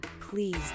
please